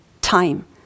time